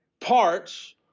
parts